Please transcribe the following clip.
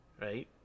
Right